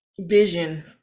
vision